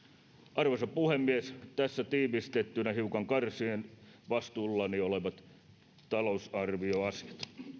arvoisa puhemies tässä tiivistettynä hiukan karsien vastuullani olevat talousarvioasiat